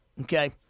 okay